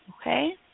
okay